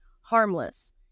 harmless